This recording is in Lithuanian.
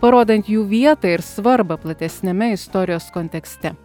parodant jų vietą ir svarbą platesniame istorijos kontekste